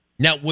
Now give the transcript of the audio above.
Now